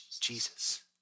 Jesus